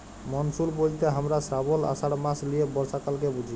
monsoon ব্যলতে হামরা শ্রাবল, আষাঢ় মাস লিয়ে বর্ষাকালকে বুঝি